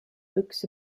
books